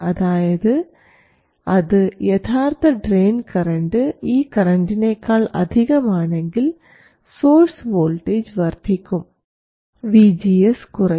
അതായത് അത് യഥാർത്ഥ ഡ്രയിൻ കറൻറ് ഈ കറന്റിനേക്കാൾ അധികം ആണെങ്കിൽ സോഴ്സ് വോൾട്ടേജ് വർദ്ധിക്കും VGS കുറയും